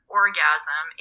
orgasm